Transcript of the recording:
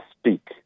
speak